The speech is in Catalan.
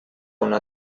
una